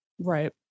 Right